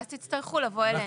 ואז תצטרכו לבוא אלינו.